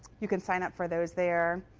you could sign up for those there.